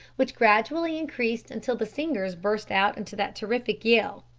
which gradually increased until the singers burst out into that terrific yell,